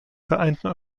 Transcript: vereinten